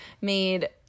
made